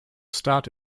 start